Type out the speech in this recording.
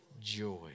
Joy